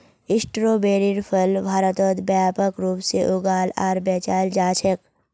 स्ट्रोबेरीर फल भारतत व्यापक रूप से उगाल आर बेचाल जा छेक